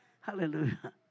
Hallelujah